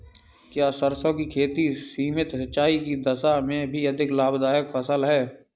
क्या सरसों की खेती सीमित सिंचाई की दशा में भी अधिक लाभदायक फसल है?